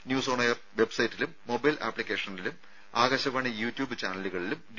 news on air വെബ്സൈറ്റിലും mobile ആപ്ലിക്കേഷനിലും Akashvani YouTube ചാനലുകളിലും ഡി